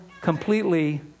completely